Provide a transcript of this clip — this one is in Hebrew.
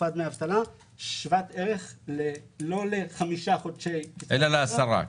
תקופת דמי אבטלה שוות ערך לא לחמישה חודשי דמי אבטלה אלא ל-10.